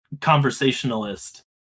conversationalist